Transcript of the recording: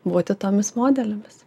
būti tomis modelėmis